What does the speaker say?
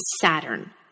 Saturn